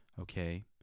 Okay